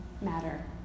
matter